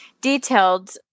detailed